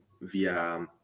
via